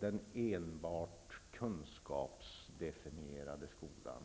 den enbart kunskapsdefinierade skolan.